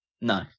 No